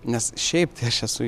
nes šiaip tai aš esu